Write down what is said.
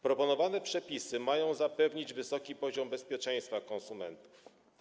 Proponowane przepisy mają zapewnić wysoki poziom bezpieczeństwa konsumentów.